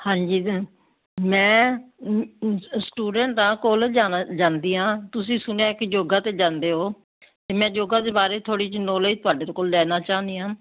ਹਾਂਜੀ ਮੈਂ ਸਟੂਡੈਂਟ ਹਾਂ ਕਾਲਜ ਜਾਣਾ ਜਾਂਦੀ ਹਾਂ ਤੁਸੀਂ ਸੁਣਿਆ ਕਿ ਯੋਗਾ 'ਤੇ ਜਾਂਦੇ ਹੋ ਅਤੇ ਮੈਂ ਯੋਗਾ ਦੇ ਬਾਰੇ ਥੋੜ੍ਹੀ ਜਿਹੀ ਨੋਲੇਜ ਤੁਹਾਡੇ ਕੋਲੋਂ ਲੈਣਾ ਚਾਹੁੰਦੀ ਹਾਂ